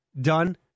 done